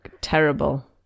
Terrible